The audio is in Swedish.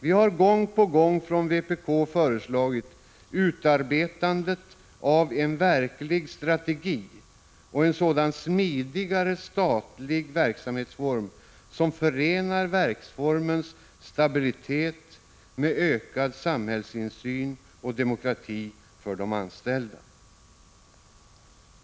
Vi har gång på gång från vpk föreslagit utarbetandet av en verklig strategi och en smidigare statlig verksamhetsform som förenar verksformens stabilitet med ökad samhällsinsyn och demokrati för de anställda.